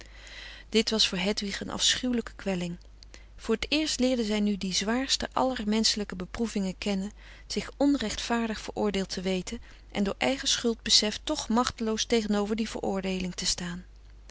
dit was voor hedwig een afschuwelijke kwelling voor t eerst leerde zij nu die zwaarste aller menschelijke beproevingen kennen zich onrechtvaardig veroordeeld te weten en door eigen schuldbesef toch machteloos tegenover die veroordeeling te staan